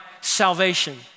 salvation